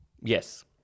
Yes